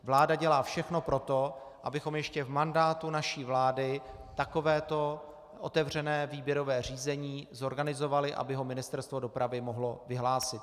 Vláda dělá všechno pro to, abychom ještě v mandátu naší vlády takovéto otevřené výběrové řízení zorganizovali, aby ho Ministerstvo dopravy mohlo vyhlásit.